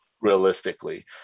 realistically